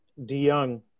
DeYoung